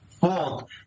fault